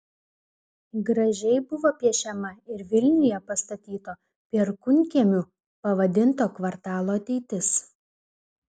gražiai buvo piešiama ir vilniuje pastatyto perkūnkiemiu pavadinto kvartalo ateitis